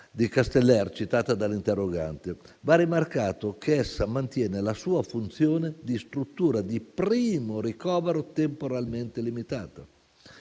di Casteller, citata dagli interroganti. Va rimarcato che essa mantiene la sua funzione di struttura di primo ricovero, temporalmente limitato.